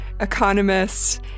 economists